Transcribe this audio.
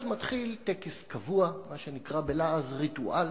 אז מתחיל טקס קבוע, מה שנקרא בלעז ריטואל.